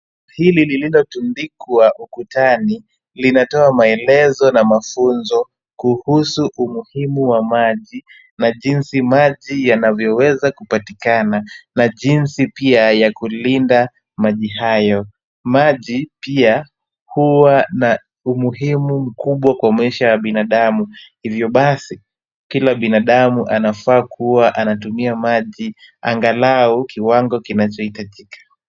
Hili lililotundikwa ukutani linatoa maelezo na mafunzo kuhusu umuhimu wa maji na jinsi maji yanavyoweza kupatikana na jinsi pia ya kulinda maji hayo. Maji pia huwa na umuhimu mkubwa kwa maisha ya binadamu, hivyo basi kila binadamu anafaa kuwa anatumia maji angalau kiwango kinachohitajika.